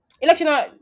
election